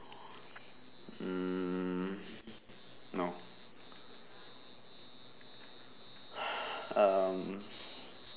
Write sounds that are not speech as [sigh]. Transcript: um no [noise] um